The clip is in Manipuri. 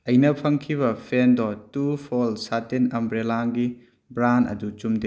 ꯑꯩꯅ ꯐꯪꯈꯤꯕ ꯐꯦꯟꯗꯣ ꯇꯨ ꯐꯣꯜ ꯁꯥꯇꯤꯟ ꯑꯝꯕ꯭ꯔꯦꯜꯒꯤ ꯕ꯭ꯔꯥꯟ ꯑꯗꯨ ꯆꯨꯝꯗꯦ